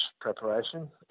preparation